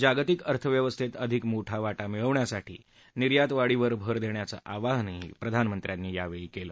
जागतिक अर्थव्यवस्थेत अधिक मोठा वाटा मिळवण्यासाठी निर्यातवाढीवर भर देण्याचं आवाहन प्रधानमंत्र्यांनी यावेळी केलं